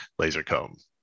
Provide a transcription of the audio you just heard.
Lasercomb